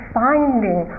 finding